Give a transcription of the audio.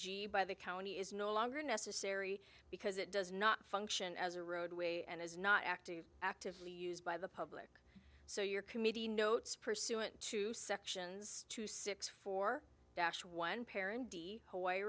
by the county is no longer necessary because it does not function as a roadway and is not active actively used by the public so your committee notes pursuant to sections two six four